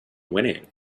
whinnying